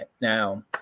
now